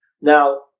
Now